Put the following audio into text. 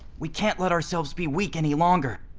we can't let ourselves be weak any longer.